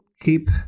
keep